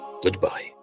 Goodbye